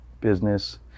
business